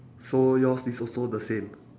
so yours is also the same